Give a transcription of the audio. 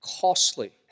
costly